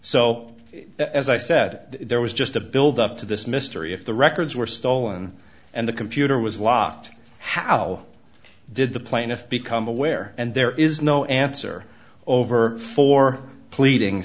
so as i said there was just a build up to this mystery if the records were stolen and the computer was locked how did the plaintiff become aware and there is no answer over four